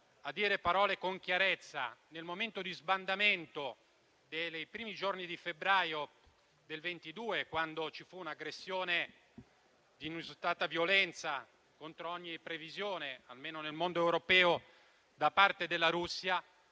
Lo dico perché, nel momento di sbandamento dei primi giorni di febbraio 2022, quando ci fu un'aggressione di inusitata violenza contro ogni previsione, almeno nel mondo europeo, da parte della Russia,